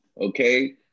Okay